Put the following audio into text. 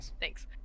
thanks